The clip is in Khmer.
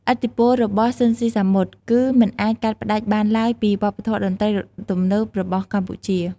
ឥទ្ធិពលរបស់ ស៊ីន ស៊ីសាមុត គឺមិនអាចកាត់ផ្ដាច់បានឡើយពីវប្បធម៌តន្ត្រីទំនើបរបស់កម្ពុជា ។